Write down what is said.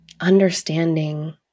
understanding